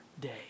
day